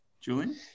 Julian